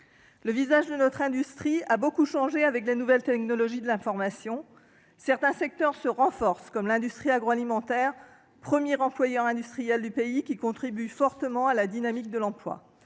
Le visage de notre industrie a beaucoup changé avec les nouvelles technologies de l'information. Certains secteurs se renforcent, comme l'industrie agroalimentaire, premier employeur industriel du pays, qui contribue fortement à la dynamique de l'emploi.